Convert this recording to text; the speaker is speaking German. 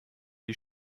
die